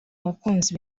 bakunzi